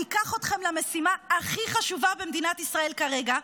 ניקח אתכם למשימה הכי חשובה במדינת ישראל כרגע,